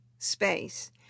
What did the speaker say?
space